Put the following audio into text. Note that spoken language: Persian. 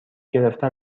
گرفتن